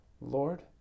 Lord